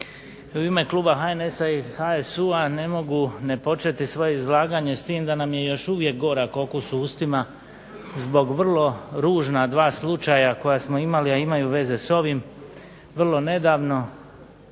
u ime kluba HNS-a i HSU-a ne mogu ne početi svoje izlaganje s tim da nam je još uvijek gorak okus u ustima zbog vrlo ružna dva slučaja koja smo imali, a imaju veze sa ovim vrlo nedavno